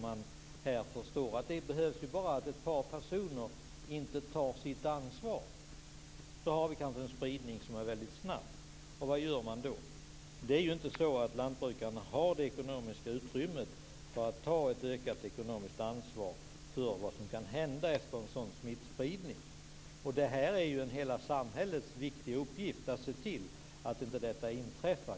Man förstår ju att det bara behövs att ett par personer inte tar sitt ansvar för att vi skall ha en spridning som är väldigt snabb. Vad gör man då? Det är ju inte så att lantbrukarna har det ekonomiska utrymmet för att ta ett ökat ekonomiskt ansvar för vad som kan hända efter en sådan smittspridning. Det är ju hela samhällets viktiga uppgift att se till att detta inte inträffar.